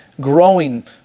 growing